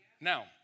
Now